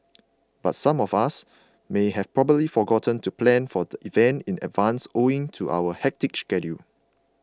but some of us may have probably forgotten to plan for the event in advance owing to our hectic schedule